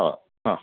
ആ ആ